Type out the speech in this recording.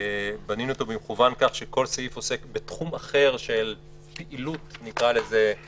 בנינו אותו במכוון כך שכל סעיף עוסק בתחום אחר של פעילות של החברה,